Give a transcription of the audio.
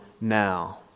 now